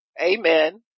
Amen